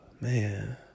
man